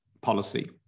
policy